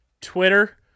Twitter